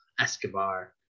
Escobar